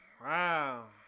Wow